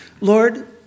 Lord